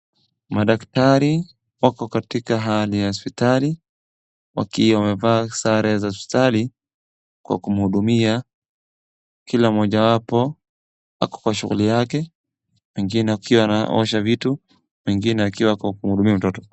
Madaktari wako katika hali ya hospitali wakiwa wamevaa sare za hospitali kwa kumhudumia kila moja wapo ako kwa shughuli yake, mwingine akiwa anaosha vitu, mwingine akiwa kwa kuhudumia mtoto.